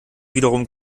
wiederum